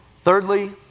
Thirdly